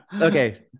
okay